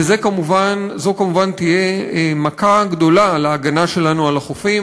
וזו כמובן תהיה מכה גדולה להגנה שלנו על החופים.